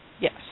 Yes